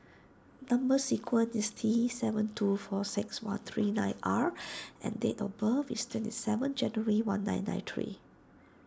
Number Sequence is T seven two four six one three nine R and date of birth is twenty seven January one nine nine three